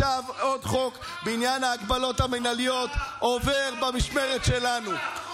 עכשיו עוד חוק בעניין ההגבלות המינהליות עובר במשמרת שלנו.